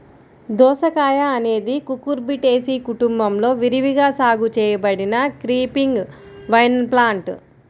దోసకాయఅనేది కుకుర్బిటేసి కుటుంబంలో విరివిగా సాగు చేయబడిన క్రీపింగ్ వైన్ప్లాంట్